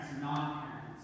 non-parents